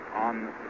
on